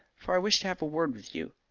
for i wished to have a word with you.